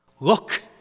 Look